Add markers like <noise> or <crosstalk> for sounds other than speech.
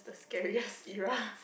scary <laughs>